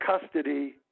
custody